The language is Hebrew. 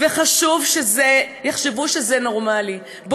וחשבו שזה נורמלי.